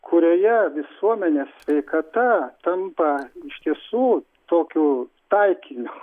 kurioje visuomenės sveikata tampa iš tiesų tokiu taikiniu